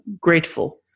grateful